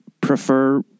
prefer